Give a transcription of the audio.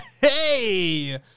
Hey